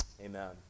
amen